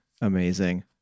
Amazing